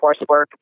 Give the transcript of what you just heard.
coursework